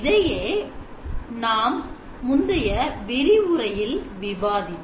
இதையே நான் முந்தைய விரிவுரையில் விவாதித்தோம்